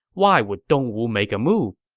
why would dongwu make a move?